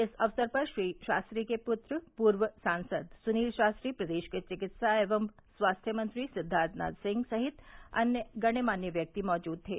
इस अवसर पर श्री शास्त्री के पुत्र पूर्व सांसद सुनील शास्त्री प्रदेश के चिकित्सा एवं स्वास्थ्य मंत्री सिद्वार्थनाथ सिंह सहित अन्य गणमान्य व्यक्ति मैजूद थे